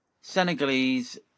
Senegalese